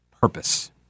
purpose